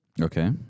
Okay